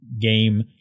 game